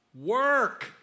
Work